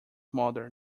mother